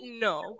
No